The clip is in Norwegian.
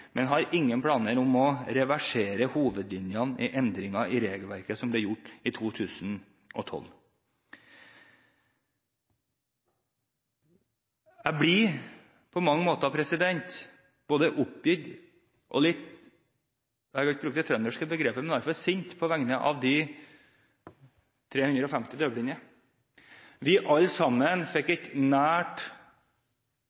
men har ingen planer om å reversere hovedlinjene i endringene i regelverket som ble gjort i 2012. Jeg blir på mange måter både oppgitt og litt – jeg skal ikke bruke det trønderske begrepet, men i hvert fall sint på vegne av de 350 døvblinde. Vi fikk alle sammen